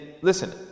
listen